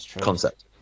concept